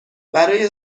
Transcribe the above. برای